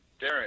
Darren